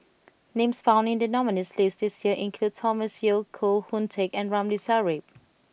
names found in the nominees' list this year include Thomas Yeo Koh Hoon Teck and Ramli Sarip